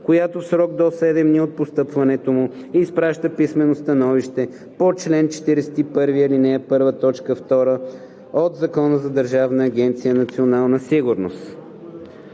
която в срок до 7 дни от постъпването му изпраща писмено становище по чл. 41, ал. 1, т. 2 от Закона за Държавна агенция „Национална сигурност“.